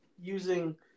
using